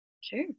Sure